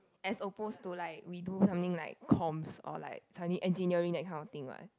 as opposed to like we do something like comms or like suddenly engineering that kind of thing what